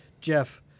Jeff